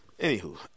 anywho